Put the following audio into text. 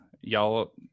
y'all